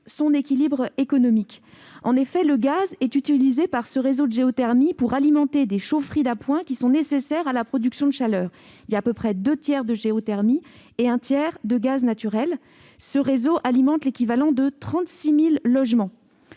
son équilibre économique. En effet, le gaz est utilisé par ce réseau de géothermie pour alimenter des chaufferies d'appoint nécessaires à la production de chaleur. Il y a deux tiers de géothermie et un tiers de gaz naturel pour ce réseau qui alimente l'équivalent de 36 000 logements.